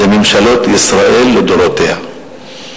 אלה ממשלות ישראל לדורותיהן.